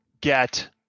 get